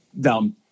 down